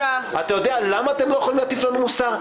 אתה יודע למה אתם לא יכולים להטיף לנו מוסר?